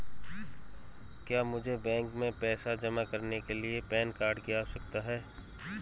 क्या मुझे बैंक में पैसा जमा करने के लिए पैन कार्ड की आवश्यकता है?